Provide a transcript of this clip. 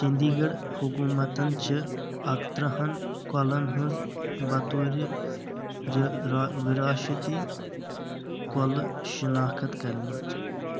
چندی گڑ حکوٗمتَن چھِ اکترٕہَن ہن كۄلن ہٕنز بطورِ وراشتی کۄلہِ شناخت کرِمٕژ